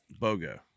Bogo